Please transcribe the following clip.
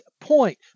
point